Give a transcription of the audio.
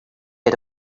had